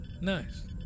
Nice